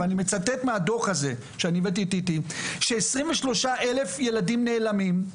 ואני מצטט מהדו"ח הזה: "עשרים ושלושה אלף ילדים נעלמים,